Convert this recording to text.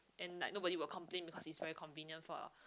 and like nobody will complain because it's very convenient for